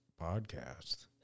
podcast